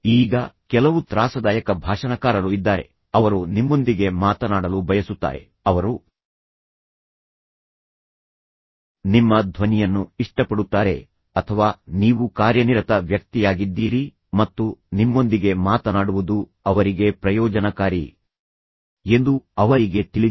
ಈಗ ಕೆಲವು ತ್ರಾಸದಾಯಕ ಭಾಷಣಕಾರರು ಇದ್ದಾರೆ ಅವರು ನಿಮ್ಮೊಂದಿಗೆ ಮಾತನಾಡಲು ಬಯಸುತ್ತಾರೆ ಅವರು ನಿಮ್ಮ ಧ್ವನಿಯನ್ನು ಇಷ್ಟಪಡುತ್ತಾರೆ ಅಥವಾ ಅವರು ನಿಮ್ಮನ್ನು ತಿಳಿದಿದ್ದಾರೆ ಅಥವಾ ನೀವು ಕಾರ್ಯನಿರತ ವ್ಯಕ್ತಿಯಾಗಿದ್ದೀರಿ ಮತ್ತು ನಂತರ ನಿಮ್ಮೊಂದಿಗೆ ಮಾತನಾಡುವುದು ಅವರಿಗೆ ಪ್ರಯೋಜನಕಾರಿ ಎಂದು ಅವರಿಗೆ ತಿಳಿದಿದೆ